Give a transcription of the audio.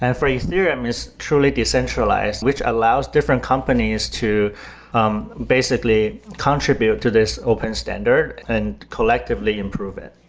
and for ethereum, it's truly decentralized, which allows different companies to um basically contribute to this open standard and collectively improve it.